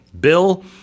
Bill